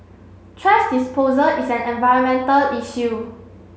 thrash disposal is an environmental issue